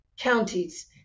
counties